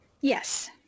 Yes